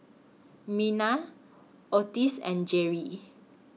Mena Ottis and Jeri